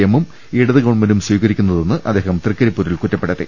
എമ്മും ഇടത് ഗവൺമെന്റും സ്വീക രിക്കുന്നതെന്ന് അദ്ദേഹം തൃക്കരിപ്പൂരിൽ കുറ്റപ്പെടുത്തി